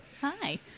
Hi